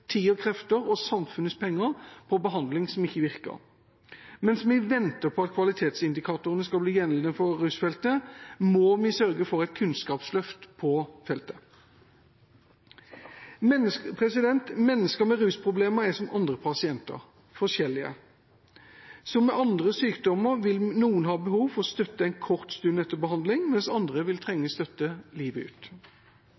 tid og krefter og samfunnets penger på behandling som ikke virker. Mens vi venter på at kvalitetsindikatorene skal bli gjeldende for rusfeltet, må vi sørge for et kunnskapsløft på feltet. Mennesker med rusproblemer er som andre pasienter: forskjellige. Som det er med andre sykdommer, vil noen ha behov for støtte en kort stund etter behandling, mens andre vil